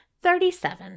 Thirty-seven